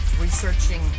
researching